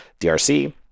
DRC